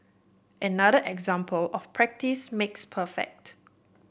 another example of practice makes perfect